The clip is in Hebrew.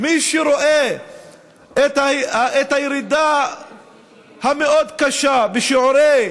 מי שרואה את הירידה המאוד-קשה בשיעורי